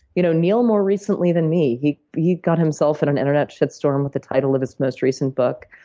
you know neil more recently than me. he yeah got himself in an internet shit storm with the title of his most recent book.